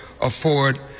afford